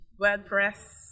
WordPress